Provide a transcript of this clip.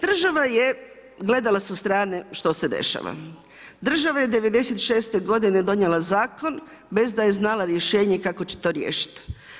Država je gledala sa strane što se dešava, država je '96. godine donijela zakon bez da je znala rješenje kako će to riješiti.